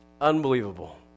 Unbelievable